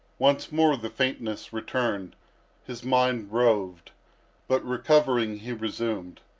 once more the faintness returned his mind roved but, recovering, he resumed